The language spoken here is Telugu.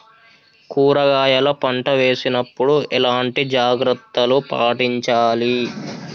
కూరగాయల పంట వేసినప్పుడు ఎలాంటి జాగ్రత్తలు పాటించాలి?